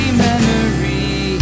memory